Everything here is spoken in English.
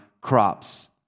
crops